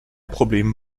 problem